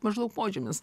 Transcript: maždaug požymis